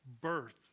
birth